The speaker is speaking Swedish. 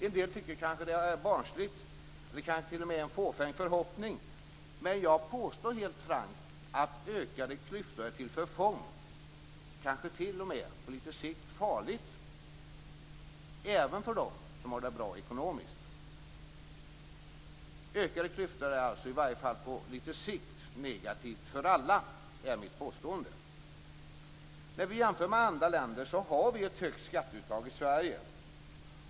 En del tycker kanske att det är barnsligt, t.o.m. en fåfäng förhoppning, men jag påstår helt frankt att ökade klyftor är till förfång, kanske t.o.m. på lite sikt farligt även för dem som har det bra ekonomiskt. Ökade klyftor är, i varje fall på lite sikt, negativt för alla. Det är mitt påstående. Jämfört med andra länder har vi ett högt skatteuttag i Sverige.